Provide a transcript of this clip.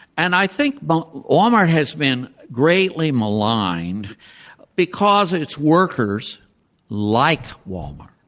and i think but walmart has been greatly maligned because its workers like walmart